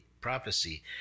prophecy